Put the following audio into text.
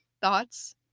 thoughts